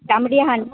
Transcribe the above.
तांबडी आहा न्हूं